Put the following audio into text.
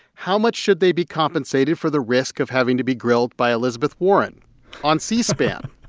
how much should they be compensated for the risk of having to be grilled by elizabeth warren on c-span?